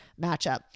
matchup